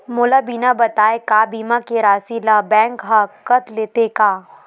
मोला बिना बताय का बीमा के राशि ला बैंक हा कत लेते का?